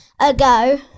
ago